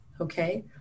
okay